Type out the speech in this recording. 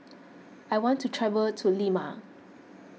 I want to travel to Lima